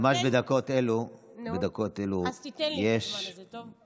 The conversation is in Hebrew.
ממש בדקות אלו, אז תיתן לי את הזמן הזה, טוב?